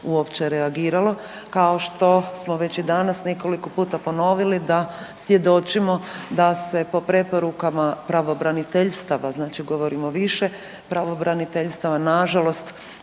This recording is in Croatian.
uopće reagiralo. Kao što smo već i danas nekoliko puta ponovili da svjedočimo da se po preporukama pravobraniteljstava, znači govorimo o više pravobraniteljstava na žalost